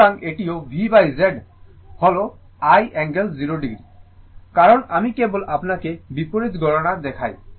সুতরাং এটিও V Z হল আই অ্যাঙ্গেল 0o কারণ আমি কেবল আপনাকে বিপরীত গণনা দেখাই